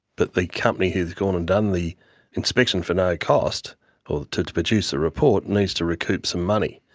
but the company who has gone and done the inspection for no cost or to to produce the report needs to recoup some money.